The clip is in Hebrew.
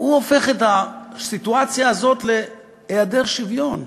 הופך את הסיטואציה הזאת להיעדר שוויון,